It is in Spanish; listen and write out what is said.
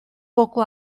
poco